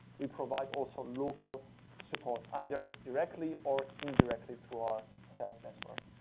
we provide also local support, either directly or indirectly through our sales network.